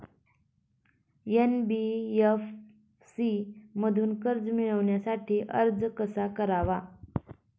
NBFC मधून कर्ज मिळवण्यासाठी अर्ज कसा करावा?